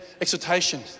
exhortation